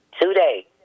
today